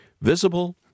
visible